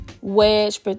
wedge